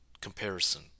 comparison